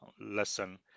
lesson